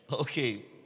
Okay